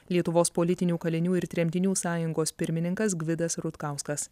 lietuvos politinių kalinių ir tremtinių sąjungos pirmininkas gvidas rutkauskas